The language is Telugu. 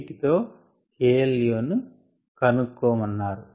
వీటితో K L a ను కనుక్కోమన్నారు